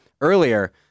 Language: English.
earlier